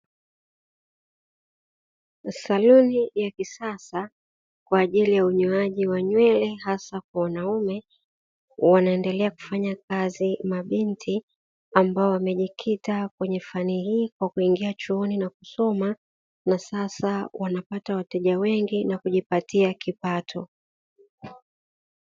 Saluni ya kisasa kwa ajili ya unyoaji wa nywele hasa kwa wanaume, wanaendelea kufanya kazi mabinti ambao wamejikita kwenye fani hii kwa kuingia chuoni na kusoma na sasa wanapata wateja wengi na kujipatia kipato.